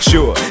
Sure